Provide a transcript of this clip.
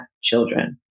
children